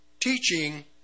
teaching